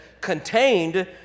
contained